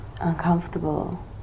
Uncomfortable